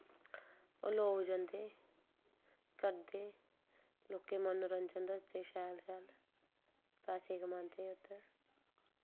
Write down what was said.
होर लोक जंदे करदे लोकें मनोरंजन दसदे शैल शैल पैसे कमांदे उत्थै